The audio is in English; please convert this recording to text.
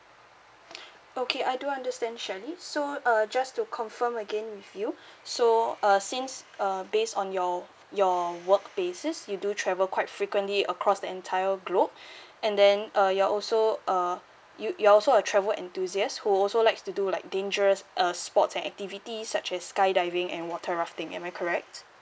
okay I do understand shirley so uh just to confirm again with you so uh since uh based on your your work basis you do travel quite frequently across the entire globe and then uh you're also uh you you're also a travel enthusiast who also likes to do like dangerous uh sports and activities such as skydiving and water rafting am I correct